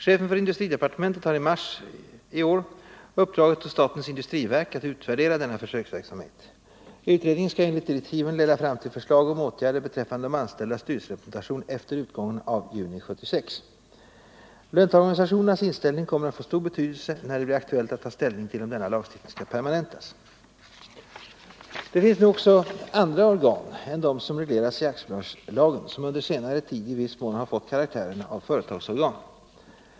Chefen för industridepartementet har i mars 1974 uppdragit åt statens industriverk att utvärdera denna försöksverksamhet. Utredningen skall enligt direktiven leda fram till förslag om åtgärder beträffande de anställdas styrelserepresentation efter utgången av juni 1976. Löntagarorganisationernas inställning kommer att få stor betydelse när det blir aktuellt att ta ställning till om denna lagstiftning skall permanentas. Det finns andra organ än de som regleras i aktiebolagslagen som under senare tid i viss mån fått karaktären av företagsorgan.